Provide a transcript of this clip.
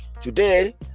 Today